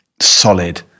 solid